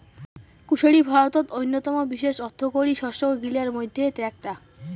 কুশারি ভারতত অইন্যতম বিশেষ অর্থকরী শস্য গিলার মইধ্যে এ্যাকটা